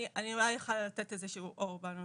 אני אולי אוכל לתת איזשהו אור בנושא הזה.